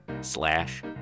slash